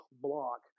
block